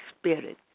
spirit